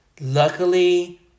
luckily